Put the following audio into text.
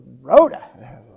Rhoda